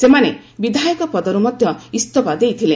ସେମାନେ ବିଧାୟକ ପଦରୁ ମଧ୍ୟ ଇସ୍ତଫା ଦେଇଥିଲେ